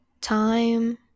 time